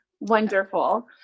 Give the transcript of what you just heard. Wonderful